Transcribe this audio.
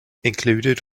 included